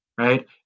Right